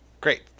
Great